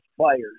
players